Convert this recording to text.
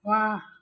वाह